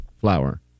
flower